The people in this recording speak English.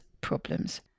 problems